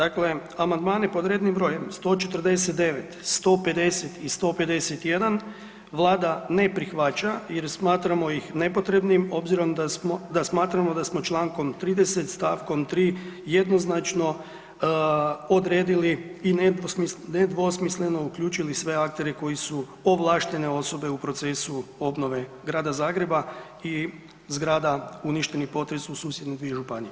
Amandmani pod rednim brojem 149, 150 i 151 Vlada ne prihvaća jer smatramo ih nepotrebnim obzirom da smatramo da smo čl. 30. st. 3. jednoznačno odredili i nedvosmisleno uključili sve aktere koji su ovlaštene osobe u procesu obnove Grada Zagreba i zgrada uništenih potresom u susjedne dvije županije.